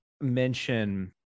mention